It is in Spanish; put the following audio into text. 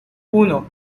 uno